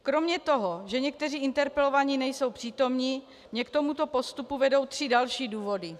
Kromě toho, že někteří interpelovaní nejsou přítomni, mě k tomuto postupu vedou tři další důvody.